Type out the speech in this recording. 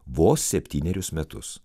vos septynerius metus